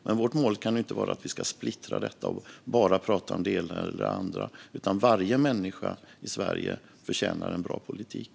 Men vårt mål kan inte vara att vi ska splittra detta och bara prata om det ena eller det andra, utan varje människa i Sverige förtjänar en bra politik.